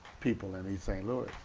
people in east st. louis.